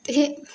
हे